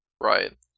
Right